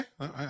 okay